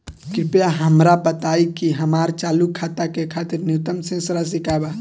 कृपया हमरा बताइ कि हमार चालू खाता के खातिर न्यूनतम शेष राशि का बा